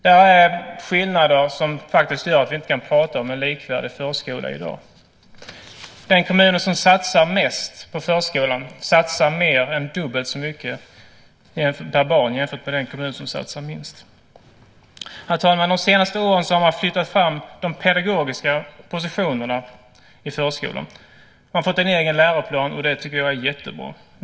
Det är skillnader som gör att vi inte kan prata om en likvärdig förskola i dag. Den kommun som satsar mest på förskolan satsar mer än dubbelt så mycket per barn jämfört med den kommun som satsar minst. Herr talman! De senaste åren har man flyttat fram de pedagogiska positionerna i förskolan. Den har fått en egen läroplan, och det tycker jag är jättebra.